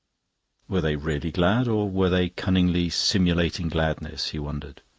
were they really glad, or were they cunningly simulating gladness? he wondered.